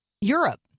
Europe